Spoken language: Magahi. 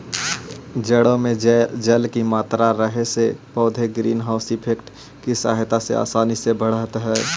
जड़ों में जल की मात्रा रहे से पौधे ग्रीन हाउस इफेक्ट की सहायता से आसानी से बढ़त हइ